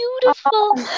beautiful